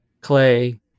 Clay